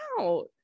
out